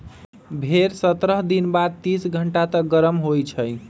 भेड़ सत्रह दिन बाद तीस घंटा तक गरम होइ छइ